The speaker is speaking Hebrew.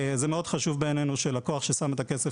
זה מאוד חשוב בעינינו שלקוח ששם את הכסף